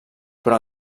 però